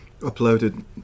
uploaded